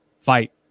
fight